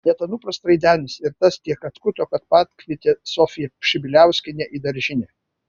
net anupras traidenis ir tas tiek atkuto kad pakvietė sofiją pšibiliauskienę į daržinę